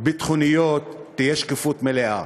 ביטחוניות תהיה שקיפות מלאה.